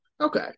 Okay